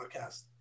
Podcast